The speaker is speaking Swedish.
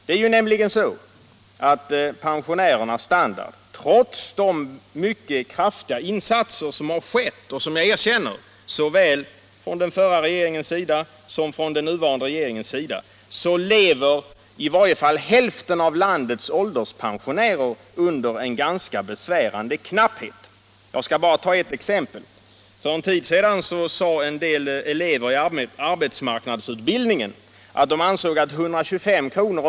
Det är nämligen så att, trots de mycket kraftiga insatser som har gjorts —- och som jag erkänner — såväl av den förra regeringen som av den nuvarande regeringen, i varje fall hälften av landets ålderspensionärer lever under en ganska besvärande knapphet. Jag skall bara ta ett exempel. För en tid sedan sade några elever i arbetsmarknadsutbildningen att de ansåg 125 kr.